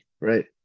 right